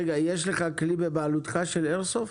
רגע, יש לך כלי בבעלותך של איירסופט?